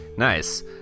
nice